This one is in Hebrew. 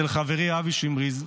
אצל חברי אבי שמריז,